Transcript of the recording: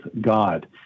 God